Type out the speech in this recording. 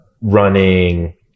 running